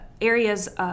areas